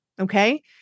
okay